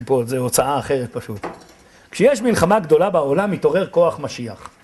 זה הוצאה אחרת פשוט, כשיש מלחמה גדולה בעולם מתעורר כוח משיח